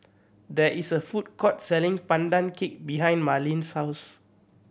there is a food court selling Pandan Cake behind Marleen's house